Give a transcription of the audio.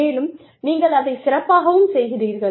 மேலும் நீங்கள் அதைச் சிறப்பாகவும் செய்கிறீர்கள்